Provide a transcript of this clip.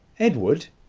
edward!